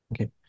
Okay